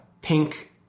pink